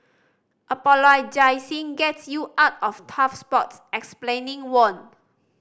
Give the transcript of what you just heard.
apologising gets you out of tough spots explaining won't